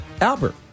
Albert